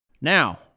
Now